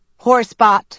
Horsebot